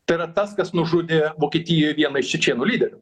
tai yra tas kas nužudė vokietijoj vieną iš čečėnų lyderių